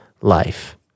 life